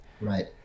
Right